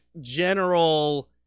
general